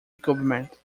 government